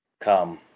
Come